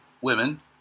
women